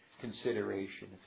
consideration